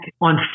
on